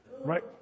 right